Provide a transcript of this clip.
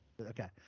Okay